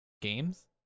games